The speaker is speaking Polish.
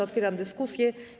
Otwieram dyskusję.